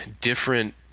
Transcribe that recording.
different